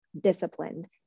disciplined